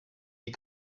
die